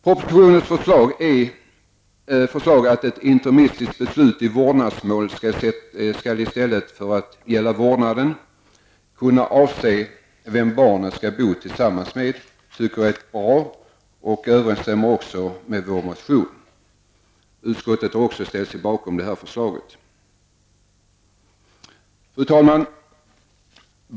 Propositionens förslag att ett interimistiskt beslut i vårdnadsmål i stället för att gälla vårdnaden skall kunna avse vem barnet skall bo tillsammans med tycker jag är bra, och detta överensstämmer också med yrkandet i vår motion. Utskottet har också ställt sig bakom det förslaget. Fru talman!